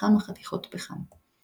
בכמה חתיכות פחם.